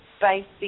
basic